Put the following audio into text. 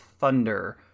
thunder